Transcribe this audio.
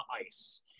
ice